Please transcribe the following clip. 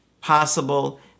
possible